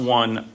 one